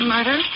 Murder